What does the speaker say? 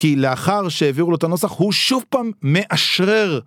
כי לאחר שהעבירו לו את הנוסח, הוא שוב פעם מאשרר.